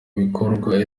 bikorwa